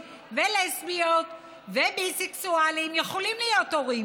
ולסביות ובי-סקסואלים יכולים להיות הורים,